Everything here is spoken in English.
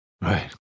right